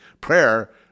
prayer